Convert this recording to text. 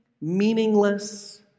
meaningless